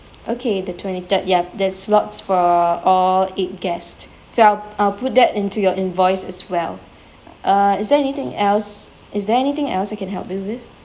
okay the twenty third yup there's slots for all eight guest so I'll I'll put that into your invoice as well uh is there anything else is there anything else I can help you with